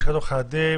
לשכת עורכי הדין,